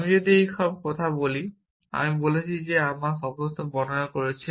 আমি যদি এই সব কথা বলি আমি বলেছি আমি আমার অবস্থা বর্ণনা করেছি